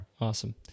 Awesome